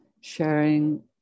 sharing